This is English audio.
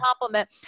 compliment